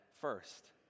first